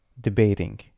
debating